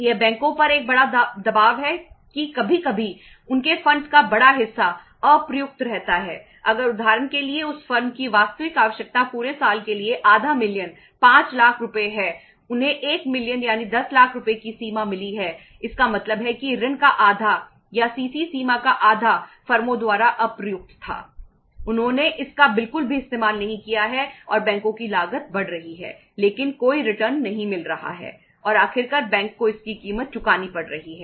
यह बैंकों पर एक बड़ा दबाव है कि कभी कभी उनके फंडस नहीं मिल रहा है और आखिरकार बैंक को इसकी कीमत चुकानी पड़ रही है